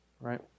right